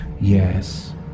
Yes